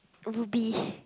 Ruby